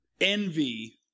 envy